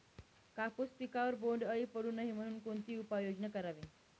कापूस पिकावर बोंडअळी पडू नये म्हणून कोणती उपाययोजना करावी?